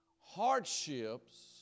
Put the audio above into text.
Hardships